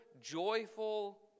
joyful